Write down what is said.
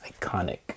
Iconic